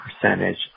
percentage